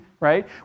Right